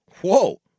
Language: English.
whoa